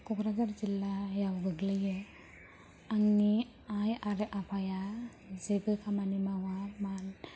क'क्राझार जिल्लायाव गोग्लैयो आंनि आइ आरो आफाया जेबो खामानि मावा